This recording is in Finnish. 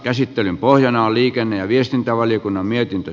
käsittelyn pohjana on liikenne ja viestintävaliokunnan mietintö